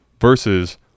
versus